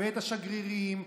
את השגרירים,